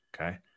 okay